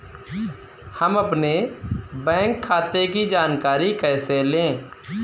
हम अपने बैंक खाते की जानकारी कैसे लें?